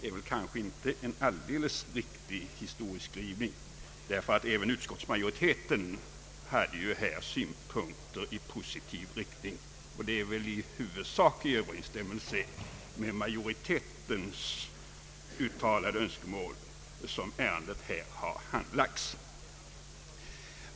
Det är inte en alldeles riktig historieskrivning, ty även utskottsmajoriteten hade såsom jag nyss erinrade om förslag i positiv riktning, och det är väl huvudsakligen i överensstämmelse med majoritetens då uttalade önskemål som ärendet nu har handlagts.